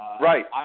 Right